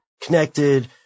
connected